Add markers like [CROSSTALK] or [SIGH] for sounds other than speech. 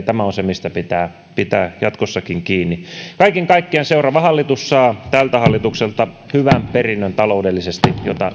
[UNINTELLIGIBLE] tämä on se mistä pitää pitää jatkossakin kiinni kaiken kaikkiaan seuraava hallitus saa tältä hallitukselta taloudellisesti hyvän perinnön jota